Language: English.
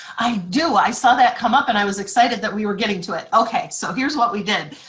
i do, i saw that come up and i was excited that we were getting to it! okay, so here's what we did.